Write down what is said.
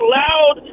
loud